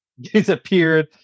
disappeared